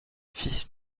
fils